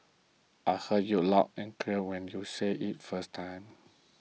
I heard you loud and clear when you said it first time